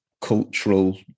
cultural